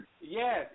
Yes